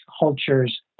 cultures